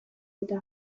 eta